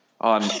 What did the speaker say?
on